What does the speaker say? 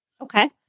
okay